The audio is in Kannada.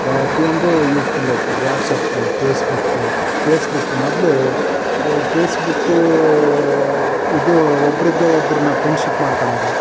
ಪ್ರತಿಯೊಂದು ಯೂಸ್ಫುಲ್ ಐತೆ WhatsApp Facebook Facebook ಮೊದಲು ಪೇಸ್ ಬುಕ್ಕು ಇದು ಒಬ್ರಿದ್ದ ಒಬ್ರನ್ನ ಫ್ರೆಂಡ್ಶಿಪ್ ಮಾಡ್ಕೊಳ್ಳೋದು